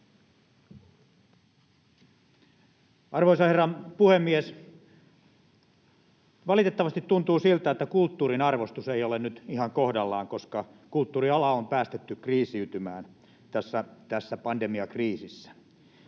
Arvoisa herra puhemies! Valitettavasti tuntuu siltä, että kulttuurin arvostus ei ole nyt ihan kohdallaan, koska kulttuuriala on päästetty kriisiytymään tässä pandemiakriisissä.